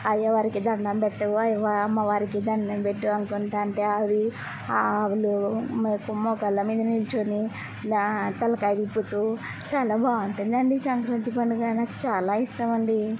అయ్యవారికి దణ్ణం పెట్టు అయ్యా అమ్మవారికి దణ్ణం పెట్టు అనుకుంటాంటే అవీ ఆ ఆవులు మాకు మోకాళ్ళ మీద నిలుచుని నా తలకాయ తిప్పుతూ చాలా బాగుంటుందండి సంక్రాంతి పండగా నాకు చాలా ఇష్టమండి